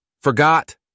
Forgot